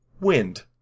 Wind